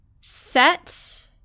set